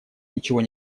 ничего